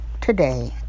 Today